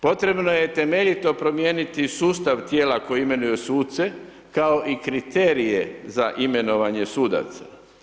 Potrebno je temeljito promijenit sustav tijela koji imenuju suce kao i kriterije za imenovanje sudaca.